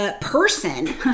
Person